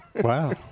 wow